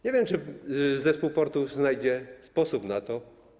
Nie wiem, czy zespół portów znajdzie sposób na to.